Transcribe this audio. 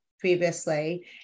previously